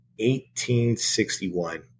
1861